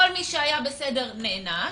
כל מי שהיה בסדר נענש,